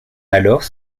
alors